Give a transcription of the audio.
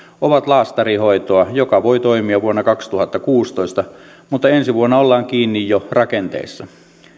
ovat laastarihoitoa joka voi toimia vuonna kaksituhattakuusitoista mutta ensi vuonna ollaan kiinni jo rakenteessa